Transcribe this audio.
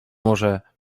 może